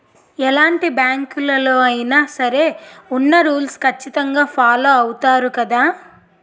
ఎలాంటి బ్యాంకులలో అయినా సరే ఉన్న రూల్స్ ఖచ్చితంగా ఫాలో అవుతారు గదా